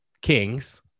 kings